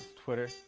twitter.